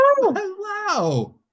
Wow